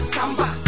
Samba